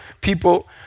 people